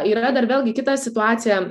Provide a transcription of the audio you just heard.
yra dar vėlgi kita situacija